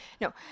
no